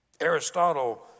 Aristotle